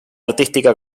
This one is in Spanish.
artística